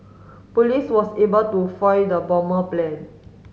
police was able to foil the bomber plan